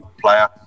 player